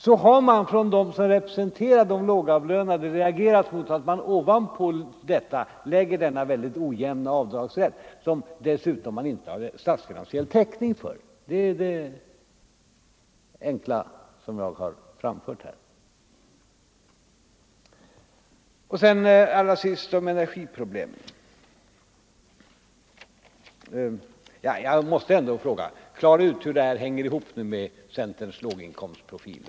Då har de som representerar de lågavlönade reagerat mot att det ovanpå detta läggs denna väldigt ojämna avdragsrätt, som det dessutom inte finns statsfinansiell täckning för. Det är detta enkla förhållande som jag har framhållit. Och jag måste säga: Klara nu ut hur det hänger ihop med centerns låginkomstprofil!